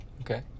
Okay